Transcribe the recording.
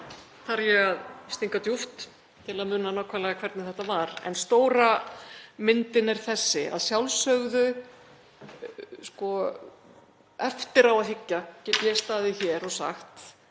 þarf ég að stinga djúpt til að muna nákvæmlega hvernig þetta var, en stóra myndin er þessi: Að sjálfsögðu get ég eftir á að hyggja staðið hér og sagt: